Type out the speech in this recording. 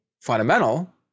fundamental